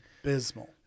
abysmal